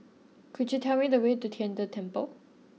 could you tell me the way to Tian De Temple